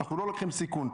אנחנו לא לוקחים סיכון,